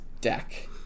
deck